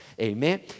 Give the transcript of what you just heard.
Amen